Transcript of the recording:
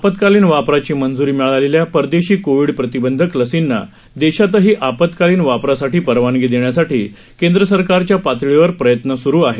आपत्कालीन वापराची मंजूरी मिळालेल्या परदेशी कोविड प्रतिबंधक लसींना देशातही आपत्कालीन वापरासाठी परवानगी देण्यासाठी केंद्र सरकारच्या पातळीवर प्रयत्न सुरु आहेत